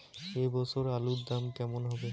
এ বছর আলুর দাম কেমন হবে?